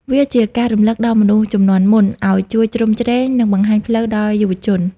វាជាការរំលឹកដល់មនុស្សជំនាន់មុន ឱ្យជួយជ្រោមជ្រែង និងបង្ហាញផ្លូវដល់យុវជន។